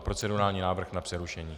Procedurální návrh na přerušení.